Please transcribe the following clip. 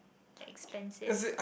expensive